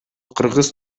кыргыз